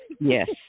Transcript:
Yes